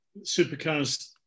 supercars